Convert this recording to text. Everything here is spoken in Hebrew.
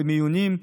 למיונים,